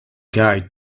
guide